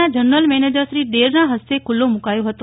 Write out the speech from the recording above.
ના જનરલ મેનેજરશ્રી ડેરના હસ્તે ખૂલ્લો મૂકાયો હતો